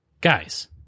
Guys